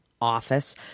office